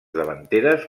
davanteres